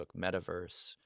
metaverse